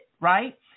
right